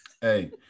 Hey